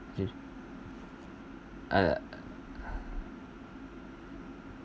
uh